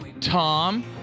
Tom